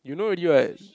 you know already what